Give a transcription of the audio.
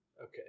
Okay